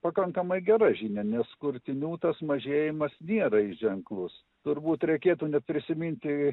pakankamai gera žinia nes kurtinių tas mažėjimas nėra jis ženklus turbūt reikėtų net prisiminti